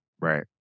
Right